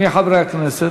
מי חברי הכנסת?